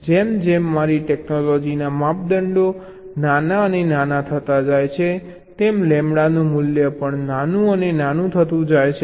જેમ જેમ મારી ટેક્નોલૉજીના માપદંડો નાના અને નાના થતા જાય છે તેમ લેમ્બડાનું મૂલ્ય પણ નાનું અને નાનું થતું જાય છે